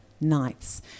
nights